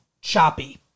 choppy